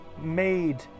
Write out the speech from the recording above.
made